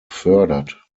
gefördert